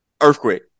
Earthquake